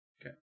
Okay